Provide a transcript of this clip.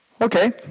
Okay